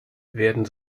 werden